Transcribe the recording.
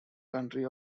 country